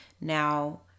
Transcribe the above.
now